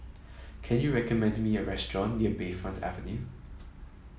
can you recommend me a restaurant near Bayfront Avenue